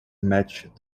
matched